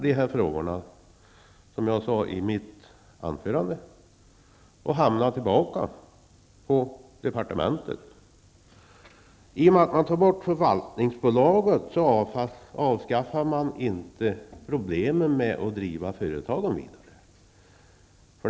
De frågor som jag nämnde i mitt anförande tidigare här kommer alltså åter att hamna hos departementet. Borttagandet av det här förvaltningsbolaget innebär ju inte att man kommer ifrån de problem som finns när det gäller den vidare driften av företagen.